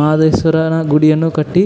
ಮಾದೇಶ್ವರನ ಗುಡಿಯನ್ನು ಕಟ್ಟಿ